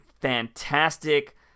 fantastic